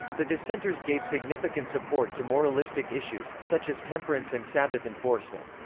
the dissenters gave significant support to moralistic issues, such as temperance and sabbath enforcement.